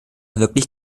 wirklich